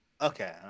Okay